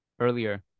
earlier